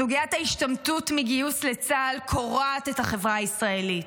סוגיית ההשתמטות מגיוס לצה"ל קורעת את החברה הישראלית.